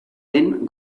den